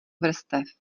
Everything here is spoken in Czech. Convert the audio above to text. vrstev